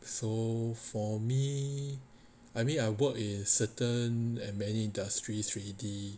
so for me I mean I work in certain and many industries already